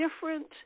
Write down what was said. different